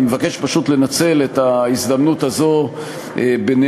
אני מבקש פשוט לנצל את ההזדמנות הזו בנאום